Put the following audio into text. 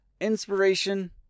inspiration